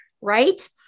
right